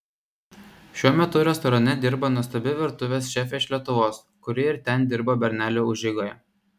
šiuo metu restorane dirba nuostabi virtuvės šefė iš lietuvos kuri ir ten dirbo bernelių užeigoje